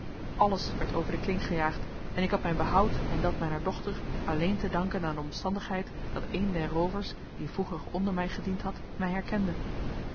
alles werd over de kling gejaagd en ik had mijn behoud en dat mijner dochter alleen te danken aan de omstandigheid dat een der roovers die vroeger onder mij gediend had mij herkende